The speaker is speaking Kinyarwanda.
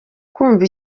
kumva